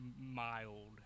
mild